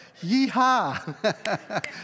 Yeehaw